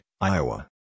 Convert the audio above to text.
Iowa